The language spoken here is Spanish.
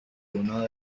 uno